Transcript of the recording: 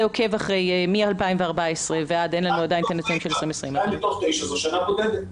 זה עוקב מ-2014 ועד 2020. 2 מתוך 9 זו שנה בודדת.